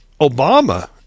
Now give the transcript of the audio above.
Obama